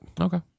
okay